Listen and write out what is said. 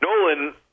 Nolan